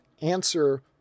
answer